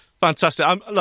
fantastic